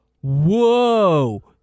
Whoa